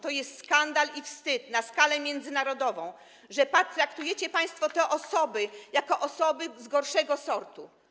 To jest skandal i wstyd na skalę międzynarodową, że traktujecie państwo te osoby jak osoby gorszego sortu.